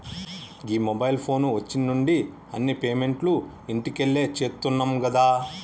గీ mobile phone వచ్చిన్నుండి అన్ని పేమెంట్లు ఇంట్లకెళ్లే చేత్తున్నం గదా